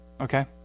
okay